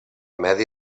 medi